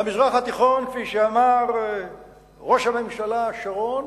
במזרח התיכון, כפי שאמר ראש הממשלה שרון,